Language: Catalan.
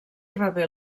rebé